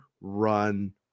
run